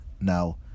Now